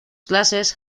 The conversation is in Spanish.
clases